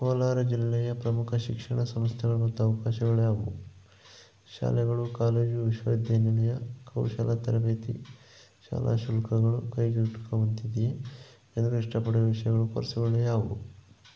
ಕೋಲಾರ ಜಿಲ್ಲೆಯ ಪ್ರಮುಖ ಶಿಕ್ಷಣ ಸಂಸ್ಥೆಗಳು ಮತ್ತು ಅವಕಾಶಗಳು ಯಾವುವು ಶಾಲೆಗಳು ಕಾಲೇಜು ವಿಶ್ವವಿದ್ಯಾನಿಲಯ ಕೌಶಲ ತರಬೇತಿ ಶಾಲಾ ಶುಲ್ಕಗಳು ಕೈಗೆಟುಕುವಂತಿವೆಯೇ ಜನರು ಇಷ್ಟಪಡುವ ವಿಷಯಗಳು ಕೋರ್ಸುಗಳು ಯಾವುವು